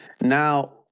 now